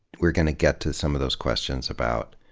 we're going to get to some of those questions about,